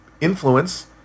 influence